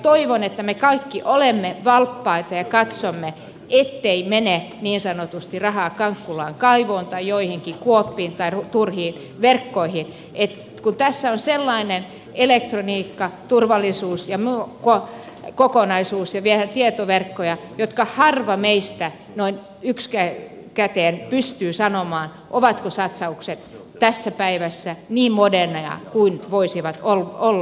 toivon että me kaikki olemme valppaita ja katsomme ettei mene niin sanotusti rahaa kankkulan kaivoon tai joihinkin kuoppiin tai turhiin verkkoihin kun tässä on sellainen elektroniikka turvallisuus ja muu kokonaisuus ja vielä tietoverkkoja joista harva meistä noin ykskäteen pystyy sanomaan ovatko satsaukset tässä päivässä niin moderneja kuin voisivat olla